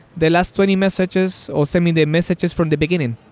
the last twenty messages or send me the messages from the beginning.